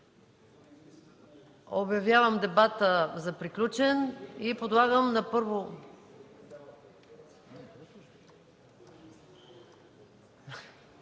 Обявявам дебата за приключен и подлагам на първо